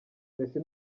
messi